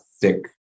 thick